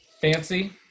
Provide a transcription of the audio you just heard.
fancy